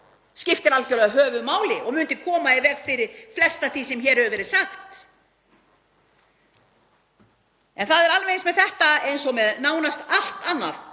skiptir algjörlega höfuðmáli og myndi koma í veg fyrir flest af því sem hér hefur verið sagt. En það er alveg eins með þetta og nánast allt annað